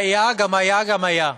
היה גם היה גם היה.